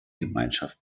gemeinschaft